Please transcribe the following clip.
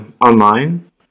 online